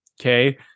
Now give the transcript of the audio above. Okay